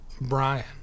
Brian